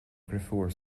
dheirfiúr